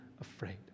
afraid